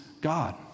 God